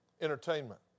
entertainment